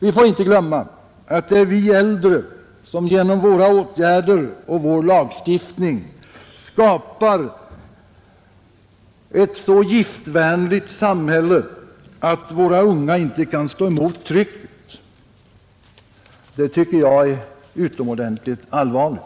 Vi får inte glömma att det är vi äldre som genom våra åtgärder och vår lagstiftning skapar ett så giftvänligt samhälle att våra unga inte kan stå emot trycket. Det är utomordentligt allvarligt.